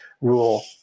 rule